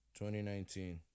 2019